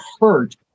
hurt